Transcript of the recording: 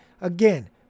Again